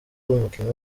umukinnyi